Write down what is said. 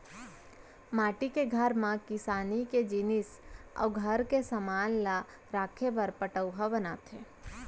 माटी के घर म किसानी के जिनिस अउ घर के समान ल राखे बर पटउहॉं बनाथे